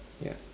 ya